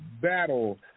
battle